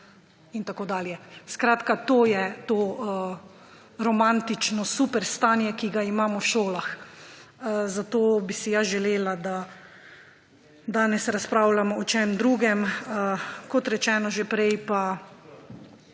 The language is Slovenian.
in tako dalje.« Skratka, to je to romantično superstanje, ki ga imamo v šolah. Zato bi si jaz želela, da danes razpravljamo o čem drugem. Kot rečeno že prej, pa